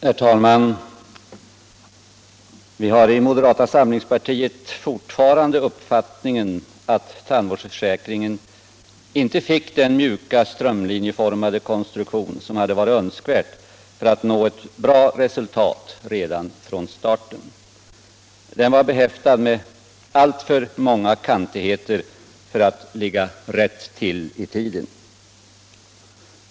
Herr talman! Vi har i moderata samlingspartiet fortfarande uppfattningen att tandvårdsförsäkringen inte fick den mjuka strömlinjeformade konstruktion som hade varit önskvärd för att nå ett bra resultat redan från starten. Den var behäftad med alltför många kantigheter för att ligga rätt till i tiden.